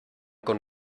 con